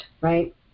right